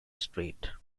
strait